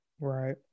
Right